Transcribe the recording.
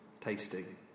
tasting